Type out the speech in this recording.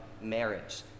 marriage